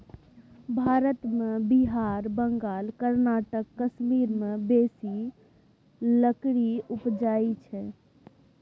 भारत मे बिहार, बंगाल, कर्नाटक, कश्मीर मे बेसी लकड़ी उपजइ छै